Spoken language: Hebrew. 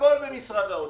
הכול במשרד האוצר.